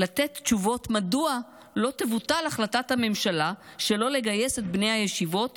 לתת תשובות מדוע לא תבוטל החלטת הממשלה שלא לגייס את בני הישיבות,